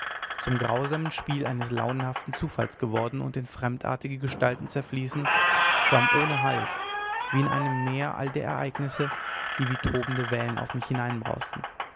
zum grausamen spiel eines launenhaften zufalls geworden und in fremdartige gestalten zerfließend schwamm ohne halt wie in einem meer all der ereignisse die wie tobende wellen auf mich